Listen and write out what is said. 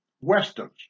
westerns